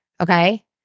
Okay